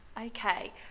okay